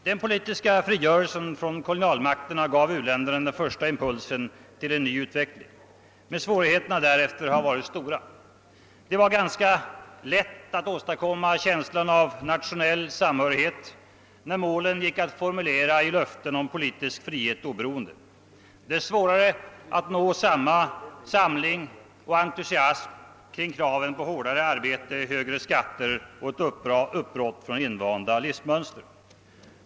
Den politiska frigörelsen från kolonialmakterna gav u-länderna den första impulsen till en ny utveckling. Men svårigheterna därefter har varit stora. Det var ganska lätt att åstadkomma känslan av nationell samhörighet, när målen gick att formulera i löften om politisk frihet och oberoende. Det är svårare att nå samling och entusiasm kring kraven på hårdare arbete, högre skatter och ett uppbrott från invanda livsmönster.